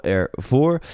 ervoor